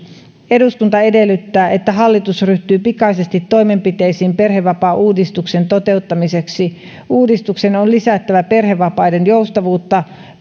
eduskunta edellyttää että hallitus ryhtyy pikaisesti toimenpiteisiin perhevapaauudistuksen toteuttamiseksi uudistuksen on lisättävä perhevapaiden joustavuutta